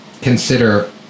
consider